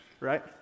Right